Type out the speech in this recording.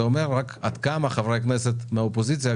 זה אומר עד כמה חברי הכנסת מהאופוזיציה,